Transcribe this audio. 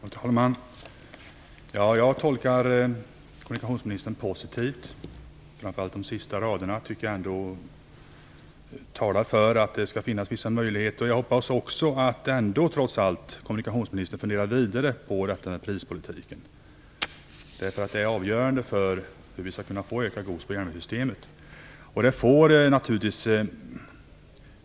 Fru talman! Jag tolkar kommunikationsministern positivt. Framför allt det sista hon sade tycker jag talar för att det skall finnas vissa möjligheter. Jag hoppas att trots allt kommunikationsministern funderar vidare på detta med prispolitiken. Den är avgörande för om vi skall kunna få ökade mängder gods på järnvägssystemet.